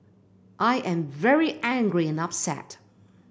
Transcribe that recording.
I am very angry and upset